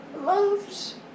loves